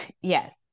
Yes